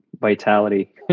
vitality